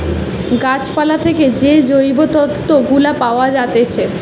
গাছ পালা থেকে যে জৈব তন্তু গুলা পায়া যায়েটে